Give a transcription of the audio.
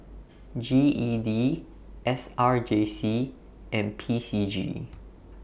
G E D S R J C and P C G